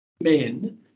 men